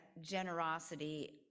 generosity